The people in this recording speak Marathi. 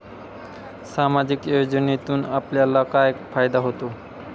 सामाजिक योजनेतून आपल्याला काय फायदा होतो?